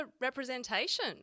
representation